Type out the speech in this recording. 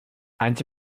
anys